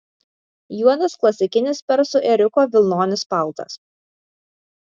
juodas klasikinis persų ėriuko vilnonis paltas